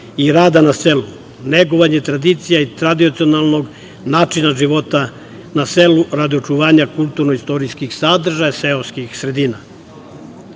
i rada na selu, negovanje tradicije i tradicionalnog načina života na selu a radi očuvanja kulturno-istorijskih sadržaja seoskih sredina.